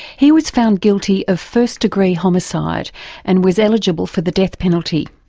he was found guilty of first degree homicide and was eligible for the death penalty.